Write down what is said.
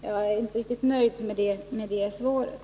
Jag är inte riktigt nöjd med det svaret.